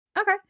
Okay